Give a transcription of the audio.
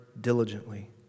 diligently